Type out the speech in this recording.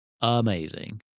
amazing